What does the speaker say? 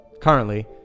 Currently